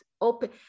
open